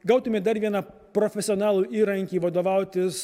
gautumėt dar vieną profesionalų įrankį vadovautis